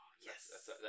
yes